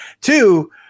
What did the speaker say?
Two